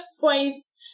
points